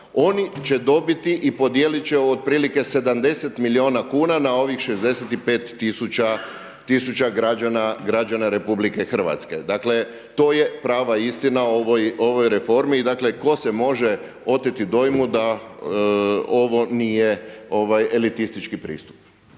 oni će dobiti i podijeliti će otprilike 70 milijuna kuna na ovih 65 tisuća građana RH. Dakle to je prava istina o ovoj reformi. I dakle tko se može oteti dojmu da ovo nije elitistički pristup.